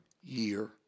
year